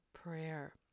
prayer